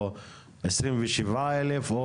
או 27 אלף,